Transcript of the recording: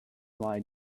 lie